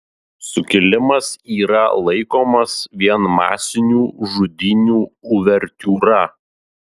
sukilimas yra laikomas vien masinių žudynių uvertiūra